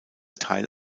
teil